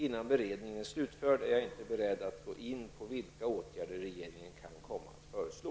Innan beredningen är slutförd är jag inte beredd att gå in på vilka åtgärder regeringen kan komma att föreslå.